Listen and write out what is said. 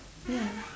yeah